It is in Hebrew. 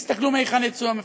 תסתכלו מהיכן יצאו המפגעים.